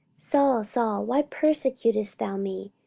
saul, saul, why persecutest thou me?